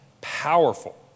Powerful